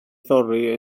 thorri